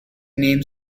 name